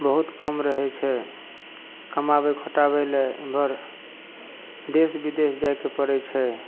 बहुत कम रहय छै कमाबय खटाबय लए एमहर देश विदेश जाइके पड़य छै